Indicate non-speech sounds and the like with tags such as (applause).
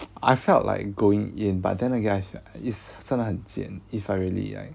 (noise) I felt like going it in but then again I feel like it's 真的很贱 if I really like